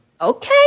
Okay